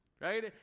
Right